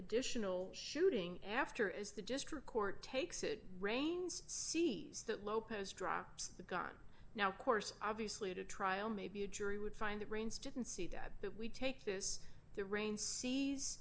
additional shooting after is the district court takes it rains sees that lopez drops the gun now course obviously to trial maybe a jury would find the brains didn't see that but we take this the rain sees